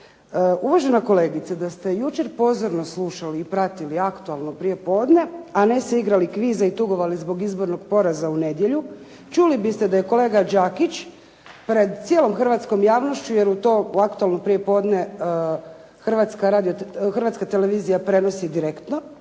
Uvažena kolegice, da ste jučer pozorno slušali i pratili aktualno prijepodne a ne se igrali kviza i tugovali zbog izbornog poraza u nedjelju čuli biste da je kolega Đakić pred cijelom hrvatskom javnošću jer to aktualno prijepodne Hrvatska televizija prenosi direktno